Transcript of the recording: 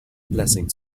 blessing